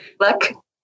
Luck